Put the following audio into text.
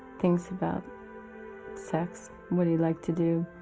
things about sex what do you like to do